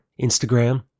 Instagram